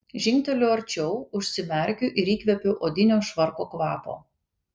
žingteliu arčiau užsimerkiu ir įkvepiu odinio švarko kvapo